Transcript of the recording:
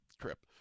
trip